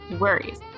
worries